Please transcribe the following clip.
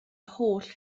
holl